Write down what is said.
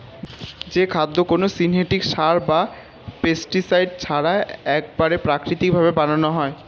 যে খাদ্য কোনো সিনথেটিক সার বা পেস্টিসাইড ছাড়া একবারে প্রাকৃতিক ভাবে বানানো হয়